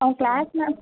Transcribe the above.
அவன் க்ளாஸ்மெட்